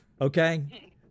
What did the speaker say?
Okay